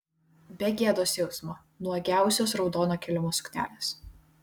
be gėdos jausmo nuogiausios raudono kilimo suknelės